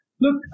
Look